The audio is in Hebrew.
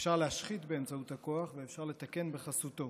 אפשר להשחית באמצעות הכוח, ואפשר לתקן בחסותו.